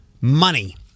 money